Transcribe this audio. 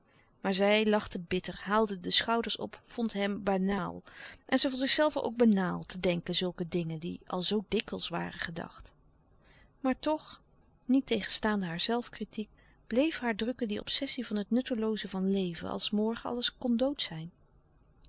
maar zij lachte bitter haalde de schouders op vond hem banaal en zij vond zichzelve ook banaal te denken zulke dingen die al zoo dikwijls waren gedacht maar toch niettegenstaande haar zelfkritiek bleef haar drukken die obsessie van het nuttelooze van leven als morgen alles kon dood zijn